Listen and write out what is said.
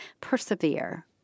Persevere